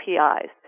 APIs